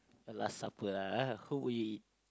last supper lah ah who will you eat